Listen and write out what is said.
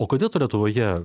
o kodėl to lietuvoje